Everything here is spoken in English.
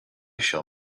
shall